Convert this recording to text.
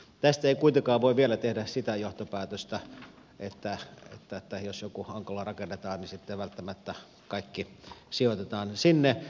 tästä ei kuitenkaan voi vielä tehdä sitä johtopäätöstä että jos joku onkalo rakennetaan niin sitten välttämättä kaikki sijoitetaan sinne